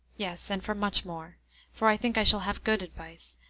yes, and for much more for i think i shall have good advice,